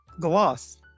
gloss